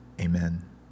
Amen